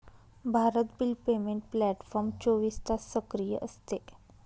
Bharat bill payment platform चोवीस तास सक्रिय असते